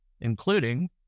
including